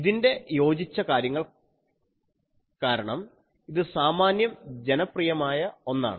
ഇതിൻറെ യോജിച്ച കാര്യങ്ങൾ കാരണം ഇത് സാമാന്യം ജനപ്രിയമായ ഒന്നാണ്